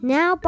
Now